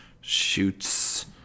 shoots